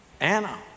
Anna